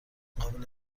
قابل